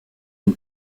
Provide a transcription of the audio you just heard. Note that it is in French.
une